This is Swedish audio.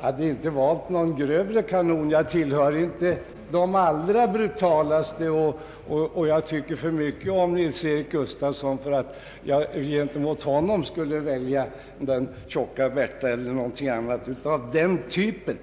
hade inte valt någon grövre kanon; jag tillhör inte de allra brutalaste och tycker alltför mycket om herr Nils-Eric Gustafsson för att jag gentemot honom skulle vilja använda tjocka Bertha eller någon kanon av den typen.